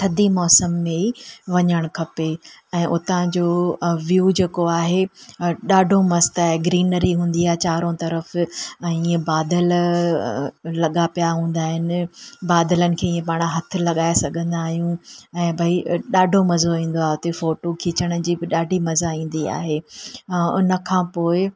थधी मौसम में ई वञणु खपे ऐं उतां जो वियू जेको आहे ॾाढो मस्तु आहे गिरीनरी हूंदी आहे चारों तरफ ऐं ईअं बादल लॻा पिया हूंदा आहिनि बादलनि खे पाण हथु लॻाए सघंदा आहियूं ऐं भई ॾाढो मज़ो ईंदो आहे उते फोटू खीचण जी बि ॾाढी मज़ा ईंदी आहे उन खां पोइ